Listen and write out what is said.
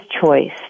choice